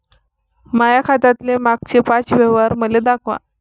माया खात्यातले मागचे पाच व्यवहार मले दाखवा